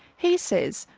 he says,